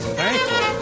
thankful